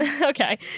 Okay